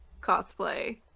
cosplay